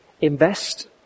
invest